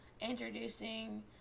introducing